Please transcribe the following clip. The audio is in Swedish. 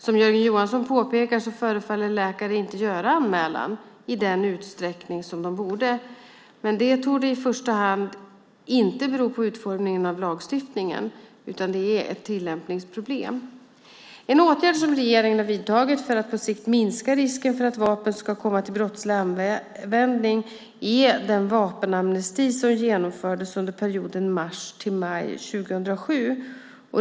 Som Jörgen Johansson påpekar förefaller läkare inte göra anmälan i den utsträckning som de borde. Detta torde dock inte i första hand bero på utformningen av lagstiftningen utan är ett tillämpningsproblem. En åtgärd som regeringen har vidtagit för att på sikt minska risken för att vapen ska komma till brottslig användning är den vapenamnesti som genomfördes under perioden mars-maj 2007.